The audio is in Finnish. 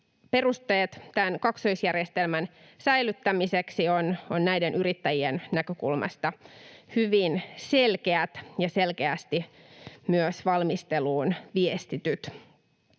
Perusteet tämän kaksoisjärjestelmän säilyttämiseksi ovat näiden yrittäjien näkökulmasta hyvin selkeät ja selkeästi myös valmisteluun viestityt.